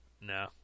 No